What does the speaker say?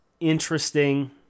interesting